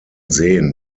seen